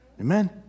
Amen